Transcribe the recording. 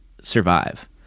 survive